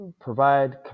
provide